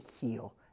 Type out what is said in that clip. heal